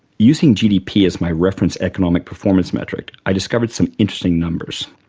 using gdp as my reference economic performance metric i discovered some interesting numbers.